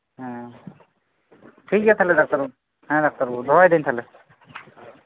ᱦᱮᱸ ᱴᱷᱤᱠ ᱜᱮᱭᱟ ᱛᱟᱦᱞᱮ ᱰᱟᱠᱛᱟᱨ ᱵᱟᱹᱵᱩ ᱦᱮᱸ ᱰᱟᱠᱛᱟᱨ ᱵᱟᱹᱵᱩ ᱫᱚᱦᱚᱭᱮᱫᱟᱹᱧ ᱛᱟᱦᱞᱮ